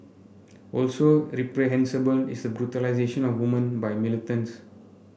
also reprehensible is the brutalisation of women by militants